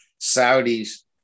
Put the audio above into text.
Saudis